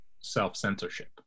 self-censorship